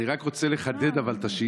אבל אני רק רוצה לחדד את השאילתה.